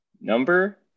Number